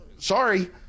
Sorry